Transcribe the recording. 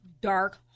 dark